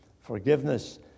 forgiveness